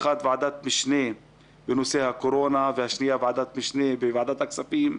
האחת היא ועדת משנה בנושא הקורונה והשנייה היא ועדת משנה בוועדת הכספים.